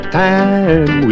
time